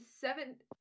Seven